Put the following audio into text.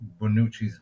Bonucci's